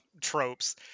tropes